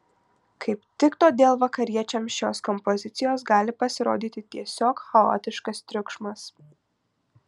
kaip tik todėl vakariečiams šios kompozicijos gali pasirodyti tiesiog chaotiškas triukšmas